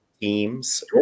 teams